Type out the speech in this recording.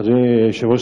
אדוני היושב-ראש,